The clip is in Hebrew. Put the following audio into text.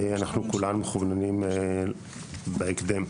כולנו מכווננים בהקדם.